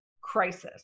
crisis